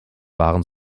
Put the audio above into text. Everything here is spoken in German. waren